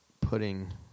putting